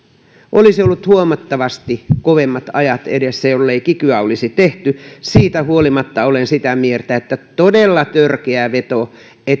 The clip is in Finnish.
olisi ollut huomattavasti kovemmat ajat edessä jollei kikyä olisi tehty siitä huolimatta olen sitä mieltä että oli todella törkeä veto